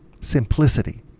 Simplicity